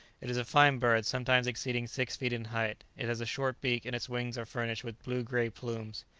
it is a fine bird, sometimes exceeding six feet in height it has a short beak, and its wings are furnished with blue-grey plumes.